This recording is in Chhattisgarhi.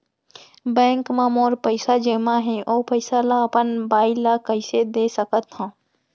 बैंक म मोर पइसा जेमा हे, ओ पइसा ला अपन बाई ला कइसे दे सकत हव?